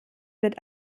wird